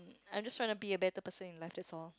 I just trying to be a better person in life that's all